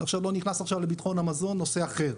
אני לא נכנס עכשיו לביטחון המזון, זה נושא אחר.